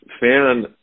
fan